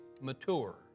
mature